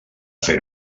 fer